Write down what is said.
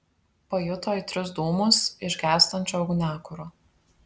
pajuto aitrius dūmus iš gęstančio ugniakuro